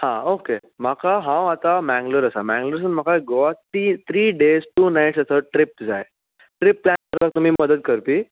हां ओके म्हाका हांव आतां मेंग्लोर आसां मेंग्लोरसून म्हाका Goa three days two nights असो ट्रीप जाय ट्रीप प्लेन करपाक तुमी मदत करपी